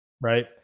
Right